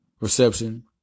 reception